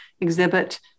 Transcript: exhibit